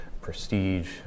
prestige